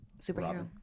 superhero